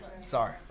Sorry